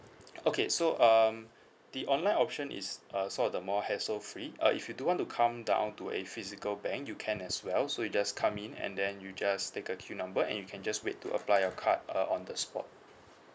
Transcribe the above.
okay so um the online option is uh sort of the more hassle free uh if you do want to come down to a physical bank you can as well so you just come in and then you just take a queue number and you can just wait to apply your card uh on the spot